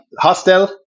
hostel